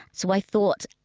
so i thought,